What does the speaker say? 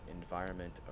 environment